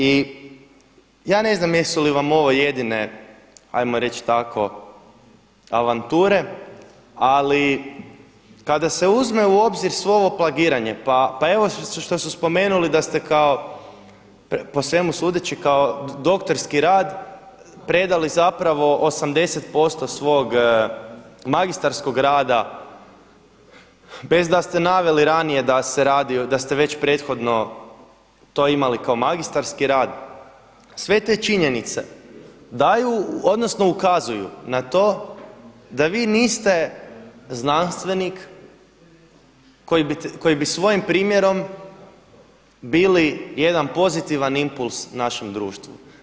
I ja ne znam jesu li vam ovo jedine, ajmo reći tako, avanture, ali kada se uzme u obzir svo ovo plagiranje pa evo što su spomenuli da ste kao po svemu sudeći kao doktorski rad predali zapravo 80% svog magistarskog rada bez da ste naveli ranije da ste već prethodno to imali kao magistarski rad, sve te činjenice ukazuju na to da vi niste znanstvenik koji bi svojim primjerom bili jedan pozitivan impuls našem društvu.